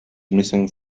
missing